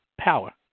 power